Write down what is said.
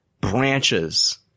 branches